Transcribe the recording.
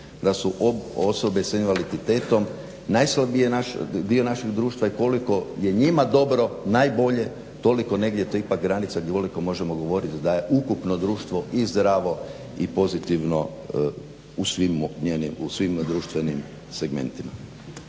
da su osobe s invaliditetom najslabiji dio našeg društva i koliko je njima dobro, najbolje, toliko je negdje to ipak granica gdje … možemo govorit da je ukupno društvo i zdravo i pozitivno u svim društvenim segmentima.